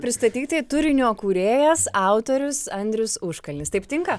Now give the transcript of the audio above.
pristatyti turinio kūrėjas autorius andrius užkalnis taip tinka